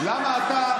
למה אתה,